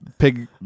Pig